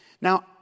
Now